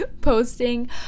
posting